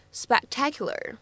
spectacular